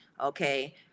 Okay